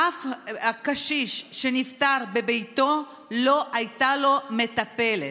האב הקשיש שנפטר בביתו, לא הייתה לו מטפלת.